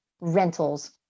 rentals